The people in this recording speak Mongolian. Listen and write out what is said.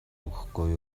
өгөхгүй